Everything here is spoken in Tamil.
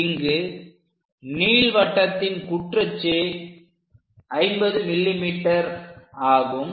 இங்கு நீள்வட்டத்தின் குற்றச்சு 50 mm ஆகும்